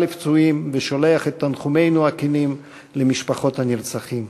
לפצועים ושולח את תנחומינו הכנים למשפחות הנרצחים.